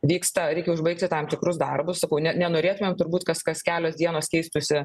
vyksta reikia užbaigti tam tikrus darbus sakau ne nenorėtumėm turbūt kas kas kelios dienos keistųsi